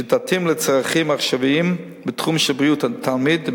שתתאים לצרכים העכשוויים בתחום של בריאות התלמיד,